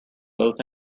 both